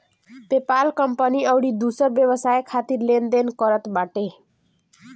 PayPal company अउरी दूसर व्यवसाय खातिर लेन देन करत बाटे